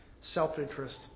self-interest